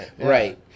right